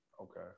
Okay